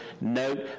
note